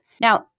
Now